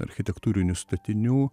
architektūrinių statinių